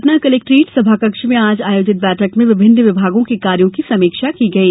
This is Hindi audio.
सतना कलेक्ट्रेट समाकक्ष में आज आयोजित बैठक में विभिन्न विभागों के कार्यों की समीक्षा की गई